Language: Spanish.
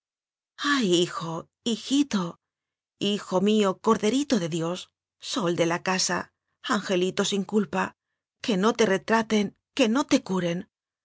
ay hijo hijito hijo mío corderito de dios sol de la casa angelito sin culpa que no te retra ten que no te curen